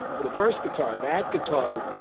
but the first guitar, that guitar,